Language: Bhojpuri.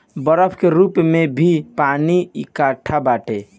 बरफ के रूप में भी पानी एकट्ठा बाटे